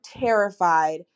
terrified